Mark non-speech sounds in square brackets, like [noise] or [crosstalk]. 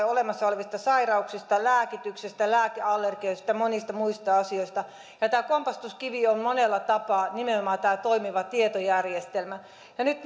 [unintelligible] olemassa olevista sairauksista lääkityksestä lääkeallergioista monista muista asioista tässä kompastuskivi on monella tapaa nimenomaan tämä toimiva tietojärjestelmä nyt [unintelligible]